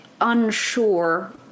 unsure